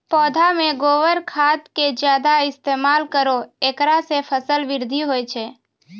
पौधा मे गोबर खाद के ज्यादा इस्तेमाल करौ ऐकरा से फसल बृद्धि होय छै?